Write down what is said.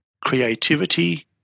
creativity